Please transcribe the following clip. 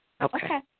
Okay